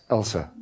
Elsa